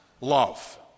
love